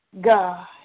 God